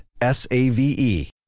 S-A-V-E